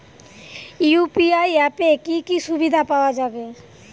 UPI অ্যাপে কি কি সুবিধা পাওয়া যাবে?